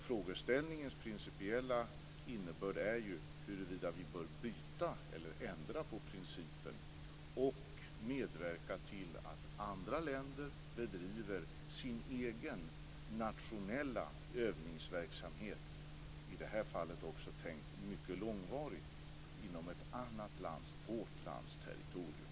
Frågeställningens principiella innebörd är ju huruvida vi bör byta eller ändra på principen och medverka till att andra länder bedriver sin egen nationella övningsverksamhet - i det här fallet också tänkt att vara mycket långvarigt - inom ett annat lands - vårt lands - territorium.